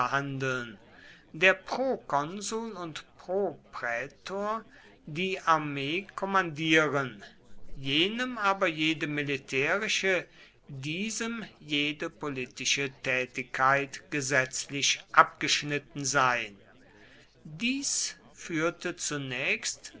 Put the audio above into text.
der prokonsul und proprätor die armee kommandieren jenem aber jede militärische diesem jede politische tätigkeit gesetzlich abgeschnitten sein dies führte zunächst